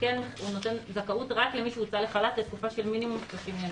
הוא נותן זכאות רק למי שהוצא לחל"ת לתקופה של מינימום 30 ימים.